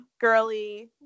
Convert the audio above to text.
girly